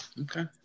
Okay